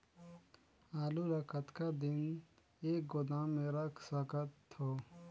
आलू ल कतका दिन तक गोदाम मे रख सकथ हों?